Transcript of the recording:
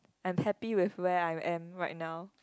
I'm happy with where I am right now